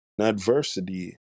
Adversity